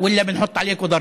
או שנשית עליכם מס,